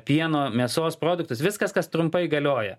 pieno mėsos produktus viskas kas trumpai galioja